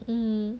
mmhmm